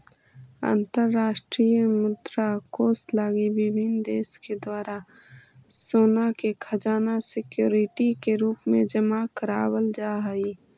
अंतरराष्ट्रीय मुद्रा कोष लगी विभिन्न देश के द्वारा सोना के खजाना सिक्योरिटी के रूप में जमा करावल जा हई